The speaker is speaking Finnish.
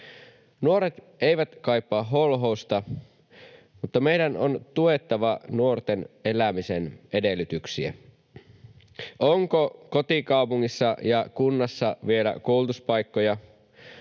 Nuoret eivät kaipaa holhousta, mutta meidän on tuettava nuorten elämisen edellytyksiä. Onko kotikaupungissa ja -kunnassa vielä koulutuspaikkoja,